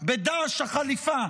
בדש החליפה.